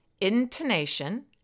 intonation